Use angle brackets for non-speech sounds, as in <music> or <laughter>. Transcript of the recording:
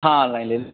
हाँ <unintelligible>